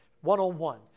one-on-one